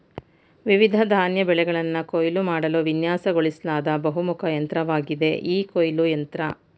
ವಿವಿಧ ಧಾನ್ಯ ಬೆಳೆಗಳನ್ನ ಕೊಯ್ಲು ಮಾಡಲು ವಿನ್ಯಾಸಗೊಳಿಸ್ಲಾದ ಬಹುಮುಖ ಯಂತ್ರವಾಗಿದೆ ಈ ಕೊಯ್ಲು ಯಂತ್ರ